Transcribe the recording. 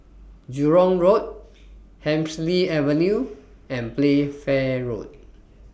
Jurong Road Hemsley Avenue and Playfair Road